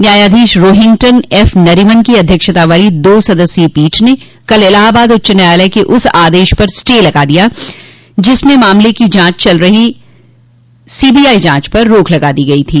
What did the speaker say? न्यायाधीश रोहिंग्टन एफ नरीमन की अध्यक्षता वाली दो सदस्यीय पीठ ने कल इलाहाबाद उच्च न्यायालय के उस आदेश पर स्टे लगा दिया जिसमें मामले की चल रही सीबीआई जांच पर रोक लगा दी गई थी